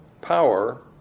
power